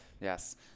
yes